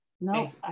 No